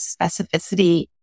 specificity